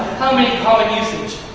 how many common usage?